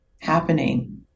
happening